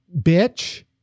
bitch